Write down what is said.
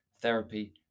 therapy